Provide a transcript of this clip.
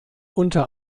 unter